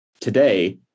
today